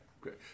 great